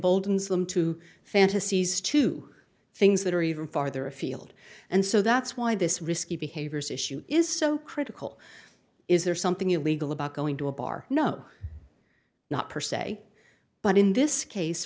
emboldens them to fantasies to things that are even farther afield and so that's why this risky behaviors issue is so critical is there something illegal about going to a bar no not per se but in this case